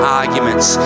arguments